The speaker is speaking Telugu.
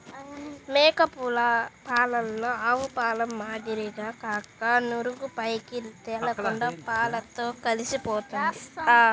మేక పాలలో ఆవుపాల మాదిరిగా కాక నురుగు పైకి తేలకుండా పాలతో కలిసిపోతుంది